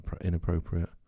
inappropriate